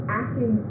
asking